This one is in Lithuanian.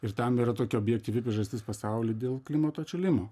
ir tam yra tokia objektyvi priežastis pasauly dėl klimato atšilimo